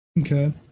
Okay